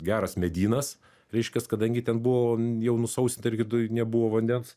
geras medynas reiškias kadangi ten buvo jau nusausinta ir viduj nebuvo vandens